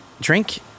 drink